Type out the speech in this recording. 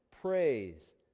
praise